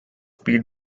pete